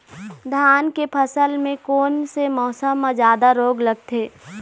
धान के फसल मे कोन से मौसम मे जादा रोग लगथे?